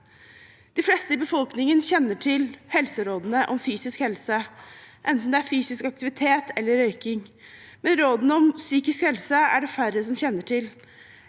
De fleste i befolkningen kjenner til helserådene om fysisk helse, enten det er fysisk aktivitet eller røyking, men rådene om psykisk helse er det færre som kjenner til.